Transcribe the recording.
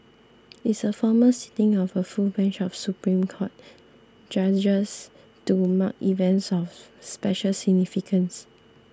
it's a formal sitting of a full bench of Supreme Court judgers to mark events of special significance